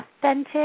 authentic